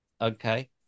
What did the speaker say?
Okay